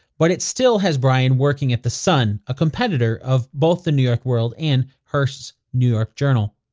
but it still has bryan working at the sun, a competitor of both the new york world and hearse's new york journal.